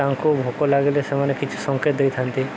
ତାଙ୍କୁ ଭୋକ ଲାଗିଲେ ସେମାନେ କିଛି ସଙ୍କେତ ଦେଇଥାନ୍ତି